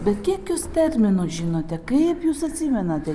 bet kiek jūs terminų žinote kaip jūs atsimenate